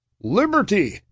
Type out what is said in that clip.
liberty